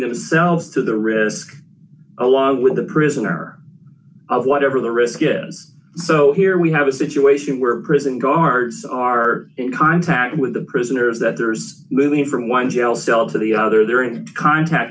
is to their risk along with the prisoner whatever the risk is so here we have a situation where prison guards are in contact with the prisoners that there is moving from one jail cell to the other they're in contact